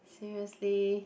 seriously